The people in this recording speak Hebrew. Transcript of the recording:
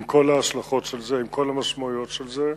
עם כל ההשלכות של זה, עם כל המשמעויות של זה,